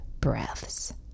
breaths